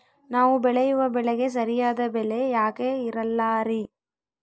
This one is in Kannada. ನಾವು ಬೆಳೆಯುವ ಬೆಳೆಗೆ ಸರಿಯಾದ ಬೆಲೆ ಯಾಕೆ ಇರಲ್ಲಾರಿ?